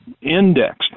Indexed